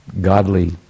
godly